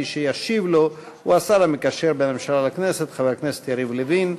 מי שישיב לו הוא השר המקשר בין הממשלה לכנסת חבר הכנסת יריב לוין.